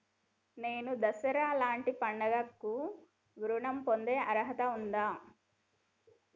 నేను దసరా లాంటి పండుగ కు ఋణం పొందే అర్హత ఉందా?